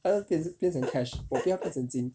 either 也是可以变成 cash 我不要变成金